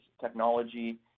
technology